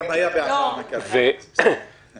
גם היה בעבר מנכ"ל הביטוח הלאומי.